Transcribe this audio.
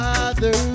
Father